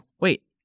wait